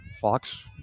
Fox